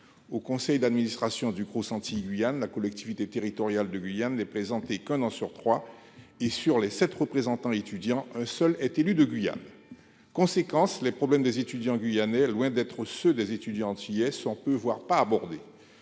au conseil d'administration du Crous Antilles-Guyane, la collectivité territoriale de Guyane n'est présente qu'un an sur trois, et, sur les sept représentants étudiants, un seul est élu de Guyane. En conséquence, les problèmes des étudiants guyanais, loin d'être ceux des étudiants antillais, sont peu abordés,